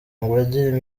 abagira